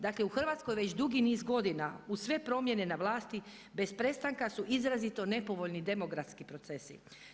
Dakle, u Hrvatskoj već dugi niz godina uz sve promjene na vlasti bez prestanka su izrazito nepovoljni demografski procesi.